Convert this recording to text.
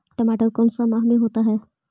टमाटर कौन सा माह में होता है?